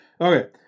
Okay